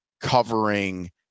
covering